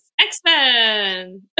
X-Men